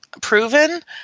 proven